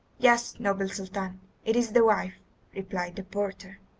yes, noble sultan it is the wife replied the porter.